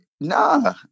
Nah